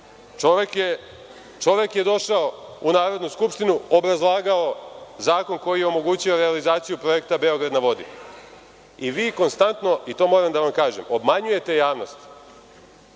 Čovek je došao u Narodnu skupštinu, obrazlagao zakon koji je omogućio realizaciju projekta „Beograd na vodi“. Vi konstantno, to moram da vam kažem, obmanjujete javnost